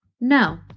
No